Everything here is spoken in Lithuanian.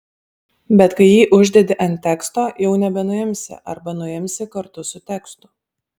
bet kai jį uždedi ant teksto jau nebenuimsi arba nuimsi kartu su tekstu